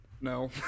No